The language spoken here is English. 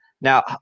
Now